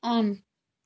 on